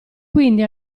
quindi